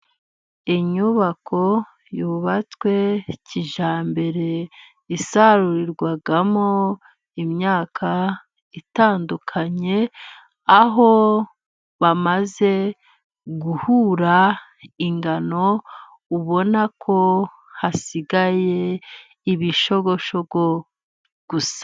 Inyubako yubatswe kijyambere isarurirwamo imyaka itandukanye ,aho bamaze guhura ingano ubona ko hasigaye ibishogoshogo gusa.